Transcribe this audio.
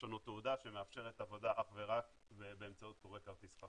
יש לנו תעודה שמאפשרת עבודה אך ורק באמצעות קורא כרטיס חכם.